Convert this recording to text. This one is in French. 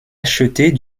acheter